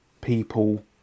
people